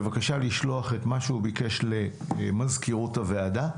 בבקשה תשלחו את מה שבועז ביקש למזכירות הוועדה,